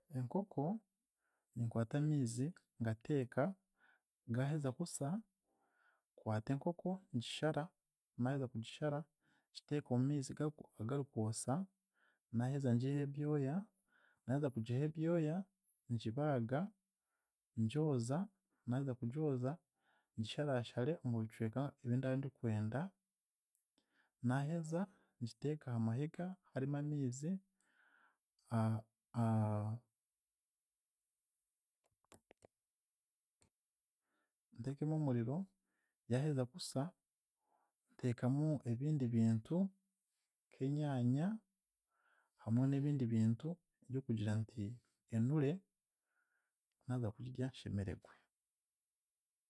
Enkoko, ninkwata amaizi ngateeka, gaaheza kusa, nkwata enkoko ngishara, naaheza kugishara ngiteeke omu maizi gari agarikwosa naaheza ngiihehwo ebyoya, naaheza kugiihaho ebyoya, ngibaaga, ngyoza, naaheza kugyoza, ngisharaashare omu bicweka ebinda ndikwenda, naaheza ngiteeke aha mahega harimu maizi, nteekemu omuriro, yaaheza kusa, nteekamu ebindi bintu nk'enyaanya hamwe n'ebindi bintu byokugira nti enure naaza kugirya nshemeregwe.